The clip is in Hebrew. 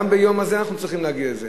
גם ביום הזה אנחנו צריכים להגיד את זה,